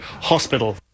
hospital